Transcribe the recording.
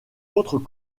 autres